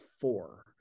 four